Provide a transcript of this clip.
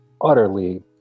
utterly